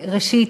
ראשית,